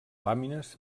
làmines